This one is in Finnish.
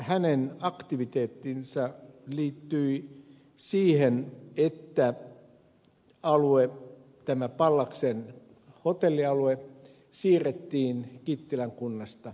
hänen aktiviteettinsa liittyi siihen että tämä pallaksen hotellialue siirrettiin kittilän kunnasta muonion kuntaan